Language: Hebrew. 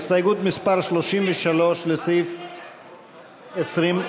הסתייגות מס' 33 לסעיף 20(1)